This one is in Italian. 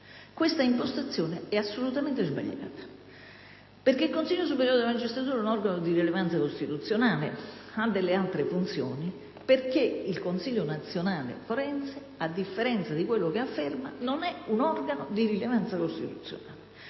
Questa impostazione è assolutamente sbagliata perché il Consiglio superiore della magistratura è un organo di rilevanza costituzionale, ha delle altre funzioni, e perché il Consiglio nazionale forense, a differenza di quello che afferma, non è un organo di rilevanza costituzionale.